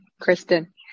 Kristen